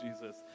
Jesus